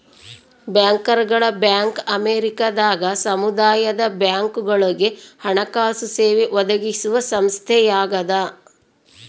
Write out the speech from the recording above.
ಬ್ಯಾಂಕರ್ಗಳ ಬ್ಯಾಂಕ್ ಅಮೇರಿಕದಾಗ ಸಮುದಾಯ ಬ್ಯಾಂಕ್ಗಳುಗೆ ಹಣಕಾಸು ಸೇವೆ ಒದಗಿಸುವ ಸಂಸ್ಥೆಯಾಗದ